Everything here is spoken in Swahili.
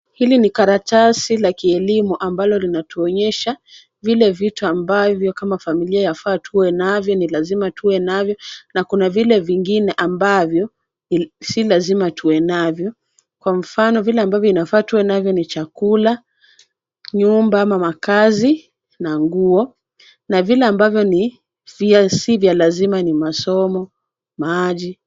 Hili ni karatasi la kielimu ambalo linatuonyesha vile vitu ambavyo kama familia yafaa tuwe navyo na kuna vile vingine ambavyo si lazima tuwe navyo. Kwa mfano vile ambavyo inafaa tuwe navyo ni chakula, nyumba ama makazi na nguo na vile ambavyo si za lazima ni masomo, maji.